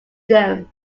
them